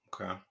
Okay